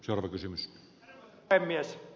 arvoisa herra puhemies